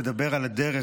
תדבר על הדרך,